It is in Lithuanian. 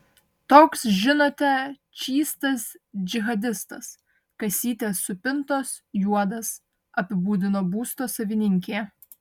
toks žinote čystas džihadistas kasytės supintos juodas apibūdino būsto savininkė